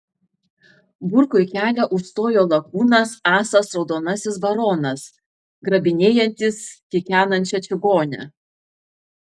burkui kelią užstojo lakūnas asas raudonasis baronas grabinėjantis kikenančią čigonę